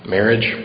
Marriage